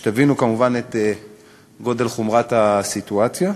שתבינו את חומרת הסיטואציה.